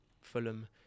fulham